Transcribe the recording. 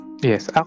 yes